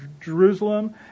Jerusalem